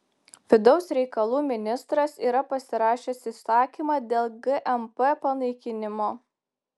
vidaus reikalų ministras yra pasirašęs įsakymą dėl gmp panaikinimo